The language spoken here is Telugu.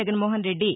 జగన్మోహన్రెడ్డి